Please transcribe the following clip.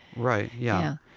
right. yeah.